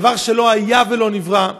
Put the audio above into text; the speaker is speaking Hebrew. דבר שלא היה ולא נברא.